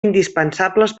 indispensables